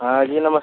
हाँ जी नमस्ते